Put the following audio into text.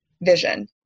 vision